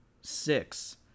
six